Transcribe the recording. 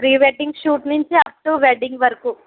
pre wedding shoot నుంచి up to wedding వరకు